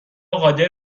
قادر